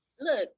Look